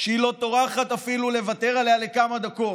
שהיא לא טורחת לוותר עליה אפילו לכמה דקות.